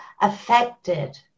affected